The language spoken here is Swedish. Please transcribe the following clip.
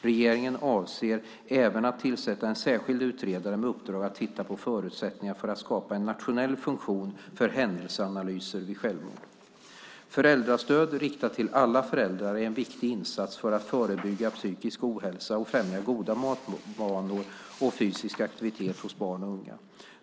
Regeringen avser även att tillsätta en särskild utredare med uppdrag att titta på förutsättningarna för att skapa en nationell funktion för händelseanalyser vid självmord. Föräldrastöd, riktat till alla föräldrar, är en viktig insats för att förebygga psykisk ohälsa och främja goda matvanor och fysisk aktivitet hos barn och unga.